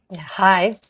Hi